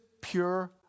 pure